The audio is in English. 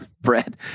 bread